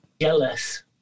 jealous